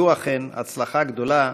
והוא אכן הצלחה גדולה